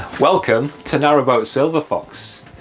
welcome to narrowboat silver fox.